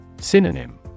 Synonym